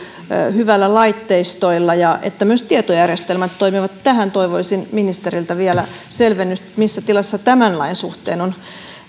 hyvällä laitteistolla ja että myös tietojärjestelmät toimivat toivoisin ministeriltä vielä selvennystä missä tilassa tämän lain suhteen ovat